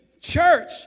church